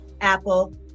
Apple